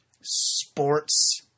sports